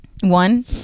One